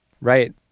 Right